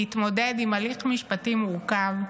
להתמודד עם הליך משפטי מורכב,